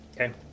Okay